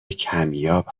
کمیاب